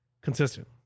consistent